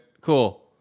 Cool